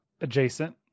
adjacent